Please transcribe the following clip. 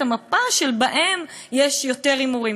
שבהם יש יותר הימורים,